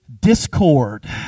Discord